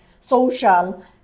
social